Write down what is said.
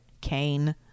Cain